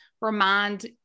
remind